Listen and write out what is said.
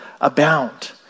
abound